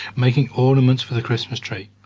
making ornaments for the christmas tree,